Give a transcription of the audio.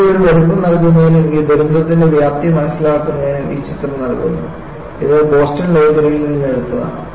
ഇതിൻറെ ഒരു വലുപ്പം നൽകുന്നതിനും ഈ ദുരന്തത്തിന് വ്യാപ്തി മനസ്സിലാക്കുന്നതിനും ഈ ചിത്രം നൽകുന്നു നൽകുന്നു ഇത് ബോസ്റ്റൺ ലൈബ്രറിയിൽ നിന്നെടുത്തതാണ്